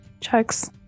checks